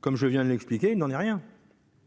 comme je viens de l'expliquer, il n'en est rien.